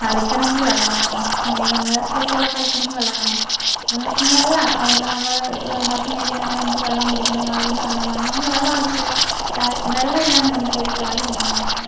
അലക്കണമെങ്കില് വെള്ളം വേണം അതായത് നമ്മടെ ഡ്രസ്സുകള് ഒക്കെ അലക്കണമെങ്കില് വെള്ളം വേണം അപ്പോൾ എന്ന് വെച്ചിട്ടുണ്ടെങ്കിൽ എല്ലാം അതേപോലെ നമ്മള് ഭക്ഷണം കഴിക്കുന്നതിന് നമുക്ക് വെള്ളം കുടിക്കണം അതിനു വെള്ളം വേണം നമുക്ക് വെള്ളം ആവശ്യമുള്ള വെള്ളം ഇല്ലാണ്ട് നമുക്ക് ഒരു കാര്യവും നമുക്ക് നടക്കൂല